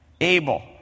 Abel